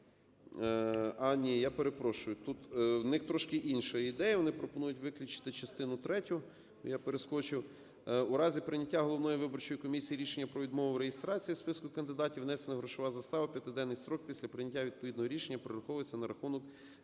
А ні, я перепрошую, у них трошки інша ідея: вони пропонують виключити частину третю. Я перескочив. "У разі прийняття головною виборчою комісією рішення про відмову в реєстрації списку кандидатів внесена грошова застава у п'ятиденний строк після прийняття відповідного рішення перераховується на рахунок,